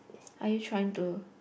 are you trying to